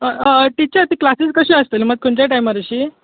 teacher ती classes कशी आसतली म्हणजे खंयच्या टायमार अशी